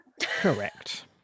Correct